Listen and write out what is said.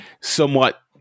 somewhat